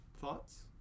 thoughts